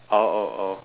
oh oh oh